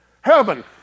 heaven